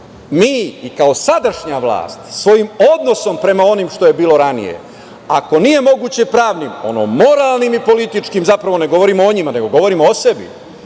mi i kao sadašnja vlast svojim odnosom prema onim što je bilo ranije ako nije moguće pravnim, onda moralnim i političkim. Zapravo, ne govorimo o njima, nego govorimo o sebi,